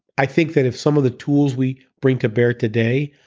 i think that if some of the tools we bring to bear today